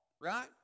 right